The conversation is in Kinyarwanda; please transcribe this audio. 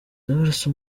ndabarasa